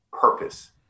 purpose